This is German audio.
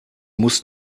muss